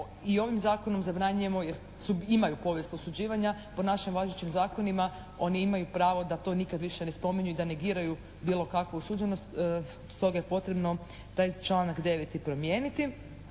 i ovim Zakonom zabranjujemo jer imaju povijest osuđivanja, po našim važećim zakonima oni imaju pravo da to nikad više ne spominju i da negiraju bilo kakvu osuđenost, stoga je potrebno taj članak 9. promijeniti.